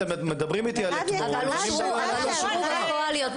אתם מדברים איתי על אתמול --- אבל אושרו בפועל יותר